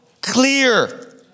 clear